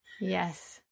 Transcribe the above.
Yes